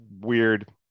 weird